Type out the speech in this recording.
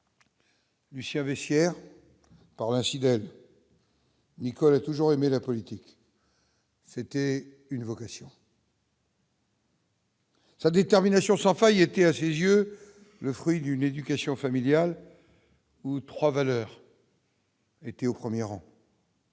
Lucia vestiaire par la infidèle. Nicole a toujours aimé la politique. C'était une vocation. Sa détermination sans faille était à ses yeux, le fruit d'une éducation familiale ou 3 valeurs. était au 1er rang.